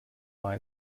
war